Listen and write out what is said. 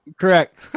Correct